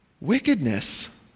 wickedness